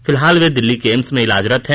फिलहाल वे दिल्ली के एम्स में इलाजरत हैं